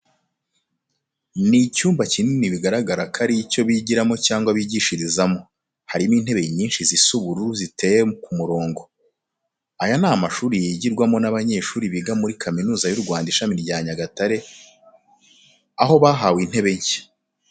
Ni mu cyumba kinini bigaragara ko ari icyo bigiramo cyangwa bigishirizamo. Harimo intebe nyinshi zisa ubururu ziteye ku murongo. Aya ni amashuri yigirwamo n'abanyeshuri biga muri Kaminuza y'u Rwanda Ishami rya Nyagatare, aho bahawe intebe nshya.